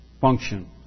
function